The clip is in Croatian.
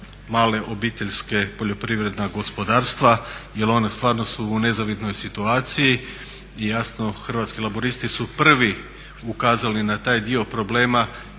male obiteljske poljoprivredna gospodarstva jer ona stvarno su u nezavidnoj situaciji. I jasno Hrvatski laburisti su prvi ukazali na taj dio problema